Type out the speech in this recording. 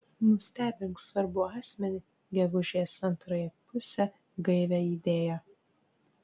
nustebink svarbų asmenį gegužės antrąją pusę gaivia idėja